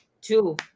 Two